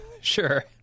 Sure